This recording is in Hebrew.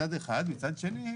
מצד שני,